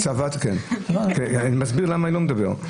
כן, אני מסביר למה אני לא מדבר.